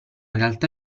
realtà